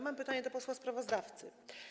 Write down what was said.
Mam pytanie do posła sprawozdawcy.